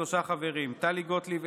שלושה חברים: טלי גוטליב,